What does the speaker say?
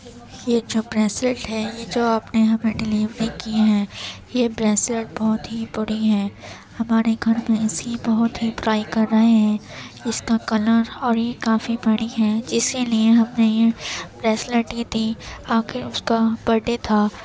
یہ جو بریسلٹ ہے یہ جو آپ نے ہمیں ڈلیوری کی ہے یہ بریسلٹ بہت ہی بری ہے ہمارے گھر میں اس کی بہت ہی برائی کر رہے ہیں اس کا کلر اور یہ کافی بڑی ہے جسے لیے ہم نے یہ بریسلٹ لی تھی آخر اس کا برتھ ڈے تھا